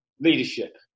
Leadership